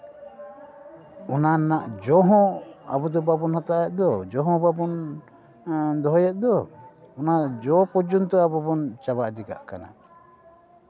ᱚᱱᱟ ᱨᱮᱱᱟᱜ ᱡᱚ ᱦᱚᱸ ᱟᱵᱚ ᱫᱚ ᱵᱟᱵᱚᱱ ᱦᱟᱛᱟᱣᱮᱫ ᱫᱚ ᱡᱚ ᱦᱚᱸ ᱵᱟᱵᱚᱱ ᱫᱚᱦᱚᱭᱮᱫ ᱫᱚ ᱚᱱᱟ ᱡᱚ ᱯᱚᱨᱡᱚᱱᱛᱚ ᱟᱵᱚ ᱵᱚᱱ ᱪᱟᱵᱟ ᱤᱫᱤ ᱠᱟᱫ ᱠᱟᱱᱟ